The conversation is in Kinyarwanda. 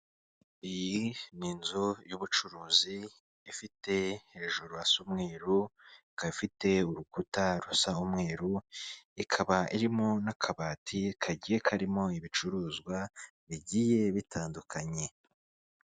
Iyi ni inzu y'ubucuruzi ifite hejuru hasa umweru ikaba ifite urukuta rusa umweru, ikaba irimo n'akabati kagiye karimo ibicuruzwa bigiye bitandukanye.